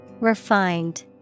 Refined